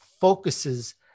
focuses